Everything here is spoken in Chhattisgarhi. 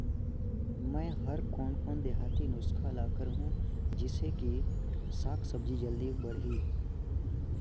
मै हर कोन कोन देहाती नुस्खा ल करहूं? जिसे कि साक भाजी जल्दी बाड़ही?